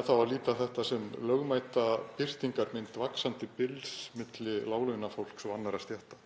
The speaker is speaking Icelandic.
eða að líta á þetta sem lögmæta birtingarmynd vaxandi bils milli láglaunafólks og annarra stétta.